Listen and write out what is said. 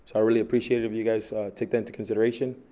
so really appreciate if you guys take that into consideration.